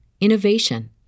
innovation